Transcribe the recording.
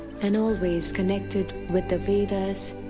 and always connected with the vedas,